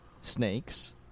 Snakes